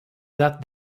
that